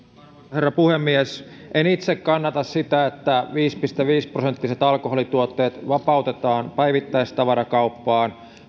herra puhemies en itse kannata sitä että viisi pilkku viisi prosenttiset alkoholituotteet vapautetaan päivittäistavarakauppaan